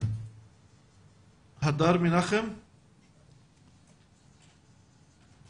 האמת שנאמר פה כבר הרבה,